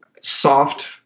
soft